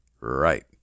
Right